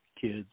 kids